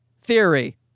theory